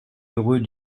heureux